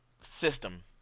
system